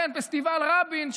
בפסטיבל רבין,